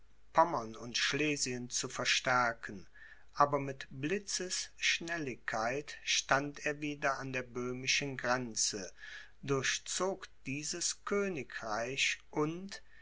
und schlesien zu verstärken aber mit blitzesschnelligkeit stand er wieder an der böhmischen grenze durchzog dieses königreich und